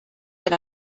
del